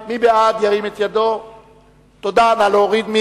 אני קובע שגם הסתייגות זו לא נתקבלה.